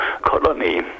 colony